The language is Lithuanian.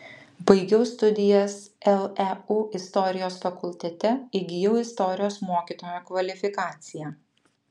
baigiau studijas leu istorijos fakultete įgijau istorijos mokytojo kvalifikaciją